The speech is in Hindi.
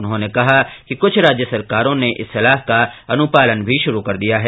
उन्होंने कहा कि कुछ राज्य सरकारों ने इस सलाह का अनुपालन भी शुरू कर दिया है